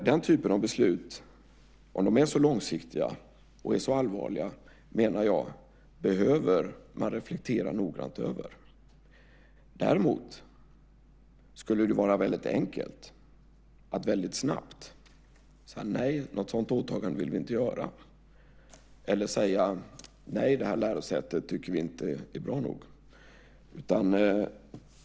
Den typen av beslut, om de är så långsiktiga och allvarliga, behöver man reflektera noggrant över. Däremot skulle det vara enkelt att snabbt säga "nej, något sådant åtagande vill vi inte göra" eller "nej, det här lärosätet är inte bra nog".